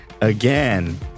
Again